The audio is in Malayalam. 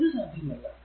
ഇത് സാധ്യമല്ല